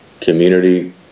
community